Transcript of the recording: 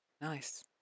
nice